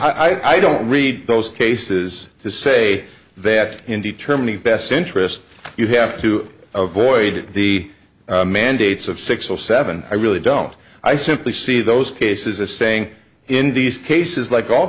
judgement i don't read those cases to say that in determining best interest you have to avoid the mandates of six or seven i really don't i simply see those cases a saying in these cases like all